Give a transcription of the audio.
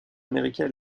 américain